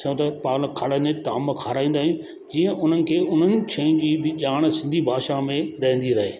पाल खणनि ताम खाराईंदा आहियूं जीअं उन्हनि खे उन्हनि शयुनि जी बि ॼाणु सिंधी भाषा में रहंदी रहे